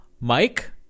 Mike